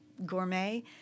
Gourmet